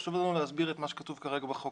חשוב לנו להסביר את מה שכתוב כרגע בחוק.